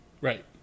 Right